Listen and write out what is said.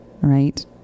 right